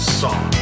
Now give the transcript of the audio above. song